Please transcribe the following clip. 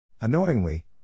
Annoyingly